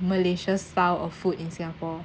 malaysia style of food in singapore